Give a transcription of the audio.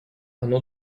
оно